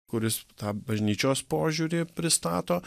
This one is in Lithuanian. kuris tą bažnyčios požiūrį pristato